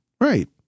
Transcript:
Right